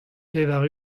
pevar